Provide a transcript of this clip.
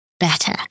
Better